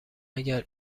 اگه